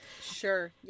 Sure